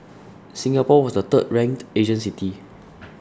Singapore was the third ranked Asian city